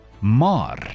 Mar